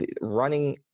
Running